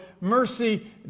mercy